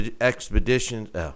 expeditions